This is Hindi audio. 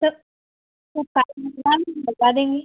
तो तो पाइप मँगवा लो हम लगा देंगे